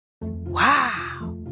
Wow